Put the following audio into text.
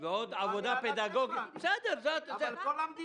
אני אומר כמה מילים